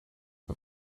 but